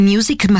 Music